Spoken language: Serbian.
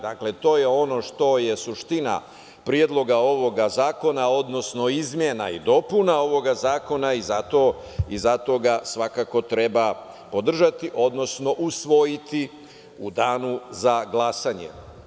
Dakle, to je ono što je suština Predloga ovog zakona, odnosno izmena i dopuna ovog zakona i zato ga svakako treba podržati, odnosno usvojiti u Danu za glasanje.